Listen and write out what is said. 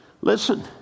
Listen